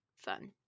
fun